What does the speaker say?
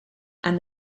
and